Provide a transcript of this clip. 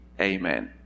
amen